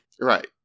Right